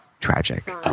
tragic